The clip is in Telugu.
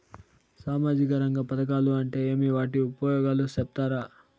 సామాజిక రంగ పథకాలు అంటే ఏమి? వాటి ఉపయోగాలు సెప్తారా?